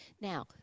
Now